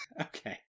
okay